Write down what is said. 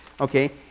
okay